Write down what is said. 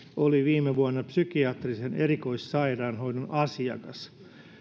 oli viime vuonna psykiatrisen erikoissairaanhoidon asiakas